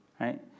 right